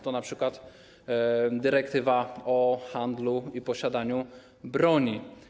To np. dyrektywa o handlu i posiadaniu broni.